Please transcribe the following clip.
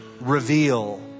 reveal